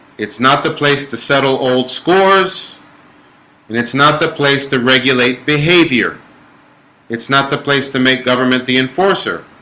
it's not the place to settle old scores and it's not the place to regulate behavior it's not the place to make government the enforcer.